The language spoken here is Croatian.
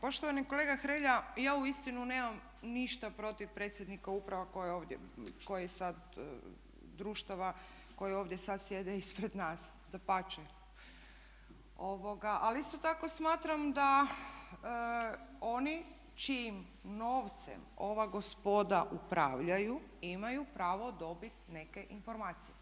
Poštovani kolega Hrelja, ja uistinu nemam ništa protiv predsjednika uprava, društava koji ovdje sad sjede ispred nas, dapače, ali isto tako smatram da oni čijim novcem ova gospoda upravljaju imaju pravo dobiti neke informacije.